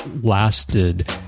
lasted